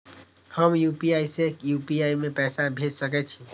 हम यू.पी.आई से यू.पी.आई में पैसा भेज सके छिये?